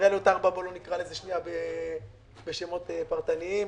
לא נקרא לזה בשמות פרטניים.